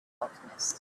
alchemist